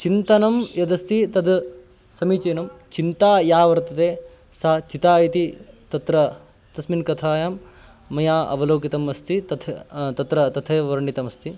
चिन्तनं यदस्ति तद् समीचीनं चिन्ता या वर्तते सा चिता इति तत्र तस्यां कथायां मया अवलोकितम् अस्ति तथ् तत्र तथैव वर्णितमस्ति